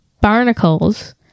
barnacles